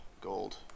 gold